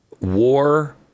war